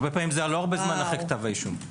הרבה פעמים זה לא הרבה זמן אחרי כתב האישום.